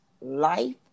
Life